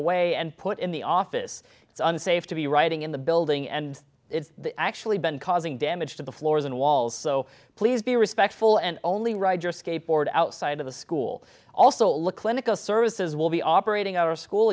away and put in the office it's unsafe to be riding in the building and it's actually been causing damage to the floors and walls so please be respectful and only ride your skateboard outside of a school also look clinical services will be operating our school